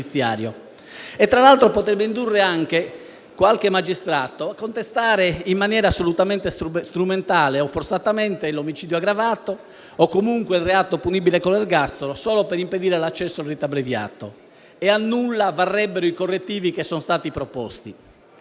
provvedimento potrebbe indurre anche qualche magistrato a contestare in maniera assolutamente strumentale o forzatamente l'omicidio aggravato o comunque il reato punibile con l'ergastolo, solo per impedire l'accesso al rito abbreviato; e a nulla varrebbero i correttivi che sono stati proposti.